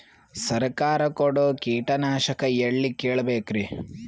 ಸರಕಾರ ಕೊಡೋ ಕೀಟನಾಶಕ ಎಳ್ಳಿ ಕೇಳ ಬೇಕರಿ?